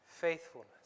faithfulness